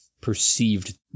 perceived